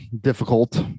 difficult